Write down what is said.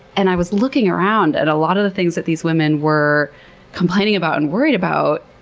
and i was looking around at a lot of the things that these women were complaining about and worried about,